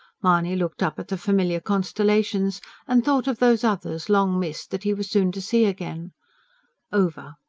mahony looked up at the familiar constellations and thought of those others, long missed, that he was soon to see again over!